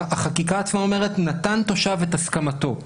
החקיקה עצמה אומרת 'נתן תושב את הסכמתו',